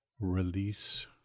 release